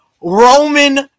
Roman